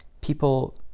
People